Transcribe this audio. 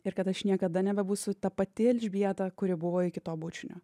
ir kad aš niekada nebebūsiu ta pati elžbieta kuri buvo iki to bučinio